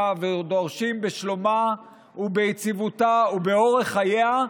ודורשים בשלומה וביציבותה ובאורך חייה,